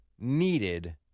needed